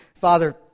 Father